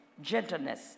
gentleness